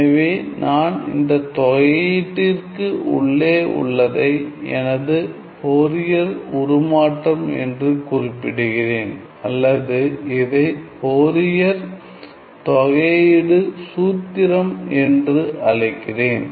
எனவே நான் இந்த தொகையீட்டிற்கு உள்ளே உள்ளதை எனது ஃபோரியர் உருமாற்றம் என்று குறிப்பிடுகிறேன் அல்லது இதை ஃபோரியர் தொகை சூத்திரம் என்று அழைக்கிறேன்